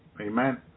Amen